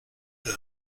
burn